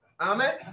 Amen